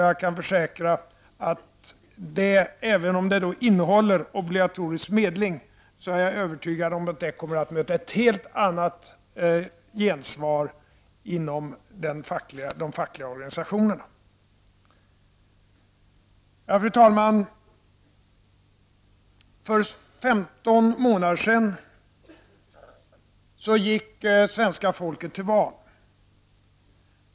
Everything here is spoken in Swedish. Jag kan försäkra att det — även om det innehåller förslag om obligatorisk medling — kommer att möta ett helt annat gensvar inom de fackliga organisationerna. Fru talman! För 15 månader sedan gick svenska folket till val.